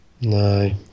No